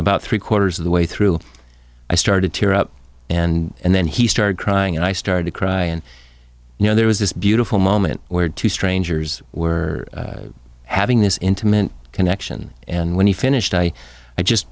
about three quarters of the way through i started to tear up and then he started crying and i started to cry and you know there was this beautiful moment where two strangers were having this intimate connection and when he finished i just